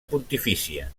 pontifícia